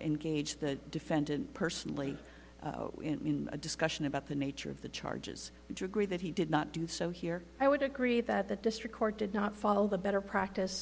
engage the defendant personally in a discussion about the nature of the charges would you agree that he did not do so here i would agree that the district court did not follow the better practice